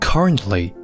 Currently